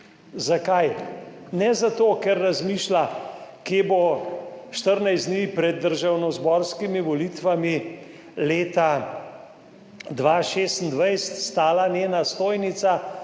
Zakaj? Ne zato, ker razmišlja, kje bo 14 dni pred državnozborskimi volitvami leta 2026 stala njena stojnica